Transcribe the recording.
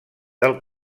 del